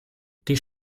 die